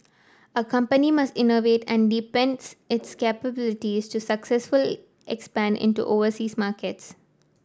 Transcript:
a company must innovate and deepens its capabilities to successfully expand into overseas markets